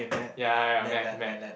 ya ya ya mad mad